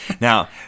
Now